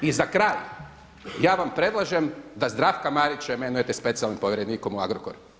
I za kraj, ja vam predlažem da Zdravka Marića imenujete specijalnim povjerenikom u Agrokoru.